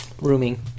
rooming